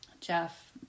Jeff